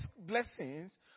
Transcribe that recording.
blessings